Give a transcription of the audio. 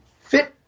fit